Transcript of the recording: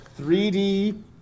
3D